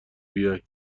بیای